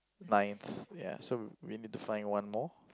ninth ya so we need to find one more